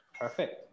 Perfect